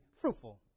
fruitful